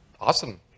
Awesome